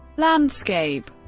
landscape